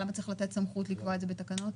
למה צריך לתת סמכות לקבוע את זה בתקנות?